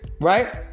Right